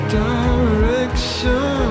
direction